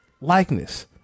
likeness